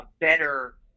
better